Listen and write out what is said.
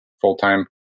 full-time